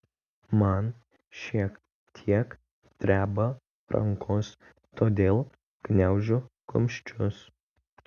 man šiek tiek dreba rankos todėl gniaužiu kumščius